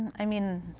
i mean,